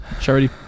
charity